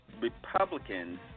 Republicans